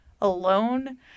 alone